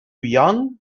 young